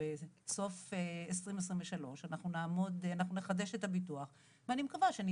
בסוף 2023 אנחנו נעמוד ואנחנו נחדש את הביטוח ואני מקווה שאנחנו